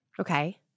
Okay